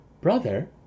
brother